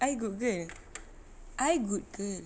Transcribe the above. I good girl I good girl